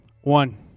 One